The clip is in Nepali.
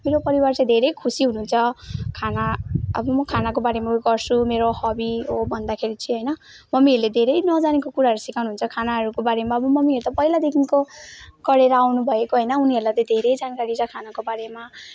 मेरो परिवार चाहिँ अब धेरै खुसी हुनुहुन्छ खाना अब म खानाको बारेमा गर्छु मेरो हबी हो भन्दाखेरि चाहिँ होइन मम्मीहरूले धेरै नजानेको कुराहरू सिकाउनुहुन्छ खानाहरूको बारेमा अब मम्मीहरू त पहिलादेखिको गरेर आउनुभएको होइन उनीहरूलाई त धेरै जानकारी छ खानाको बारेमा